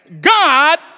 God